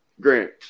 Grant